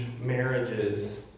marriages